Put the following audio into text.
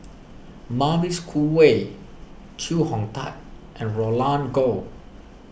Mavis Khoo Oei Chee Hong Tat and Roland Goh